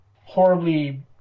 horribly